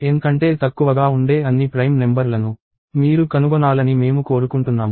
N కంటే తక్కువగా ఉండే అన్ని ప్రైమ్ నెంబర్ లను మీరు కనుగొనాలని మేము కోరుకుంటున్నాము